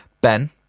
Ben